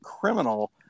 criminal